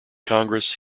congress